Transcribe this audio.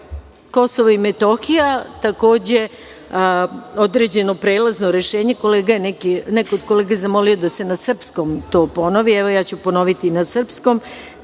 države. Kosovo i Metohija, takođe, određeno prelazno rešenje, neko od kolega je zamolio da se na srpskom to ponovi, evo ja ću ponoviti na srpskom